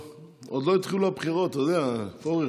עוד לא התחילו הבחירות, אתה יודע, פורר.